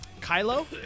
Kylo